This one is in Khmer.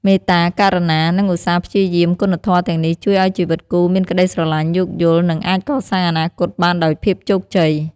មេត្តា ករុណា និងឧស្សាហ៍ព្យាយាម គុណធម៌ទាំងនេះជួយឱ្យជីវិតគូមានក្តីស្រឡាញ់ យោគយល់ និងអាចកសាងអនាគតបានដោយភាពជោគជ័យ។